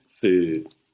food